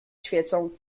świecą